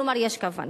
כלומר יש כוונה.